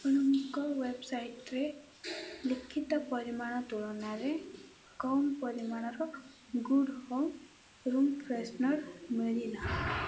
ଆପଣଙ୍କ ୱେବ୍ସାଇଟ୍ରେ ଲିଖିତ ପରିମାଣ ତୁଳନାରେ କମ୍ ପରିମାଣର ଗୁଡ଼୍ ହୋମ୍ ରୁମ୍ ଫ୍ରେଶନର୍ ମିଳିଲା